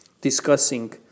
discussing